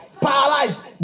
paralyzed